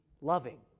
loving